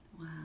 Wow